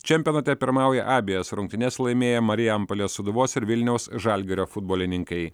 čempionate pirmauja abejas rungtynes laimėję marijampolės sūduvos ir vilniaus žalgirio futbolininkai